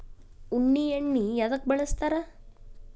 ಉಣ್ಣಿ ಎಣ್ಣಿ ಎದ್ಕ ಬಳಸ್ತಾರ್?